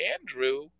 Andrew